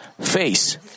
face